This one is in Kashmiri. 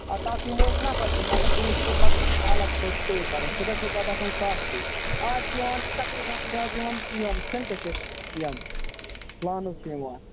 اَدٕ تَتھ دِمو أسۍ نَفر تہِ مگر تیٚمِس چھِ تۅہہِ پتہٕ الگ پٲٹھۍ پیٚے کَرُن سُہ گَژھِو مےٚ باسان کاسٹلی اَز چھِ یِوان تقریٖبن چھِ اَز یِوان یِم سِنتھٹِک یِم لانٕز چھِ یِوان